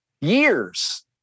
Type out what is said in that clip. years